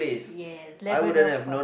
ya Labrador-Park